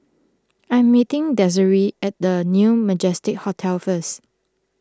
I am meeting Desiree at the New Majestic Hotel first